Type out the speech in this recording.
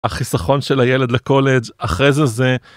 החסכון של הילד לקולג' אחרי זה זה.